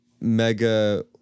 Mega